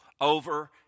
over